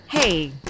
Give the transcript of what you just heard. Hey